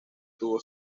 tuvo